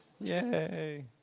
Yay